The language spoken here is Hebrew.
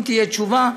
אם תהיה תשובה,